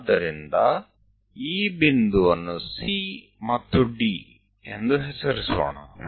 ಆದ್ದರಿಂದ ಈ ಬಿಂದುವನ್ನು C ಮತ್ತು D ಎಂದು ಹೆಸರಿಸೋಣ